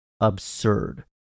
absurd